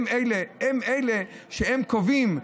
הם אלה שקובעים,